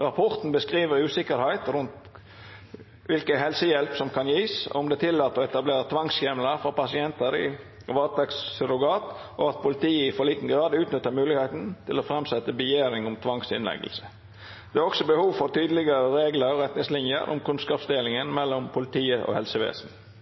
Rapporten beskriver usikkerhet rundt hvilken helsehjelp som kan gis, og om det er tillatt å etablere tvangshjemler for pasienter i varetektssurrogat, og at politiet i for liten grad utnytter muligheten til å fremsette begjæring om tvangsinnleggelse. Det er også behov for tydeligere regler og retningslinjer om kunnskapsdelingen mellom politiet/påtalemyndigheten og